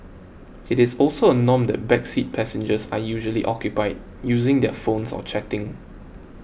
it is also a norm that back seat passengers are usually occupied using their phones or chatting